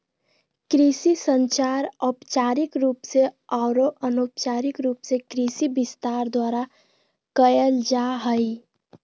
कृषि संचार औपचारिक रूप से आरो अनौपचारिक रूप से कृषि विस्तार द्वारा कयल जा हइ